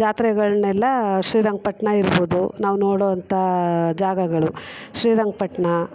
ಜಾತ್ರೆಗಳನ್ನೆಲ್ಲ ಶ್ರೀರಂಗಪಟ್ಣ ಇರ್ಬೋದು ನಾವು ನೋಡುವಂಥ ಜಾಗಗಳು ಶ್ರೀರಂಗಪಟ್ಣ